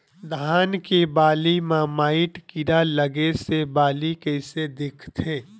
धान के बालि म माईट कीड़ा लगे से बालि कइसे दिखथे?